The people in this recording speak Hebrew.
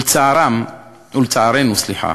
לצערנו,